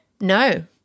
No